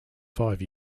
five